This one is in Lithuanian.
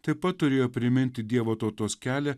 taip pat turėjo priminti dievo tautos kelią